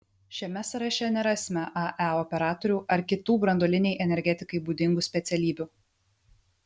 šiame sąraše nerasime ae operatorių ar kitų branduolinei energetikai būdingų specialybių